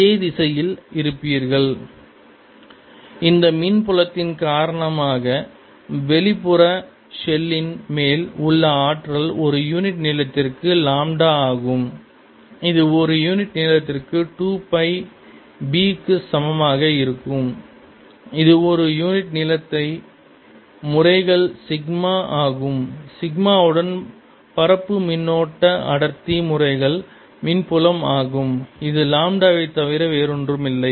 Einner cylinder surface02adKdt Eouter cylinder surface02bdKdt இந்த மின் புலத்தின் காரணமாக வெளிப்புற ஷெல்லின் மேல் உள்ள ஆற்றல் ஒரு யூனிட் நீளத்திற்கு லாம்டா ஆகும் இது ஒரு யூனிட் நீளத்திற்கு 2 பை b க்கு சமமாக இருக்கும் இது ஒரு யூனிட் நீளத்தை முறைகள் சிக்மா ஆகும் சிக்மாவுடன் பரப்பு மின்னோட்ட அடர்த்தி முறைகள் மின்புலம் ஆகும் இது லாம்டாவை தவிர வேறொன்றுமில்லை